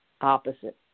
opposite